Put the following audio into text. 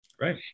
Right